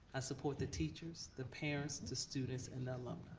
i support the teachers, the parents, the students, and the alumni.